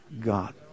God